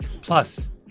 Plus